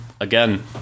again